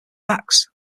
backs